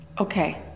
Okay